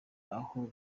aho